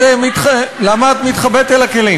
השרה שקד, למה את נחבאת אל הכלים?